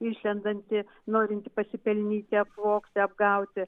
išlendantį norintį pasipelnyti apvogti apgauti